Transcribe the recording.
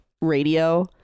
radio